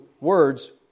words